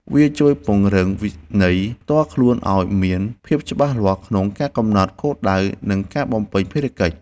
វាជួយពង្រឹងវិន័យផ្ទាល់ខ្លួនឱ្យមានភាពច្បាស់លាស់ក្នុងការកំណត់គោលដៅ និងការបំពេញភារកិច្ច។